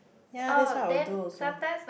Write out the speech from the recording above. yea that's what I would do also